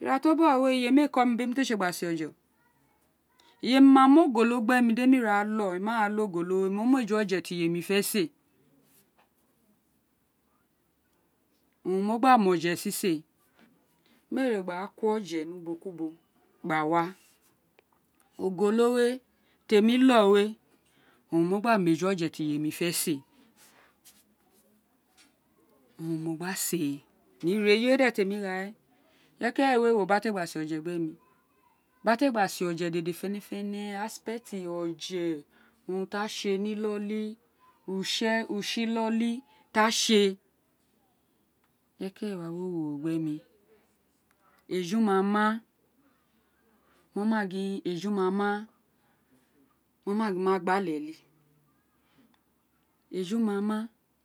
ira to bọghọ we iyemí é kọ mí bí mote ra si éè ọjẹ o. Iyemi ma mu ogolo gbé mi di ema ra lo dí mo ra ló ogolo we mo mí eju oje tí iyemí fé si ee owun mo gba ma oje sisewe mi éè re gba ko oje ni ubo ku ubo gba wa ogolowe temí ló we owun mo gba mí eju oje tí iyemí fé si éè owun mo gba si éè ni ira eyi tí emi gha we ireye ki irey éè wewe ubo tí a kèlè ra si éè oje dèdè fénèfénè ni oje urun ti a tsi ee ní iloli utse utse utse ilolo tí a tsi éè ireye ki ireye éèwa wewe ro gbi emi eju mama mo ma gin eju ma ma mo ma gin ma gba alelí eju mama